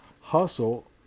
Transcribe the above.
hustle